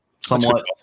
somewhat